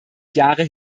jahre